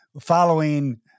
following